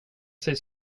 sig